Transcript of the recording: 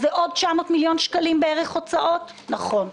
אז זה עוד 900 מיליון שקלים בערך הוצאות נכון.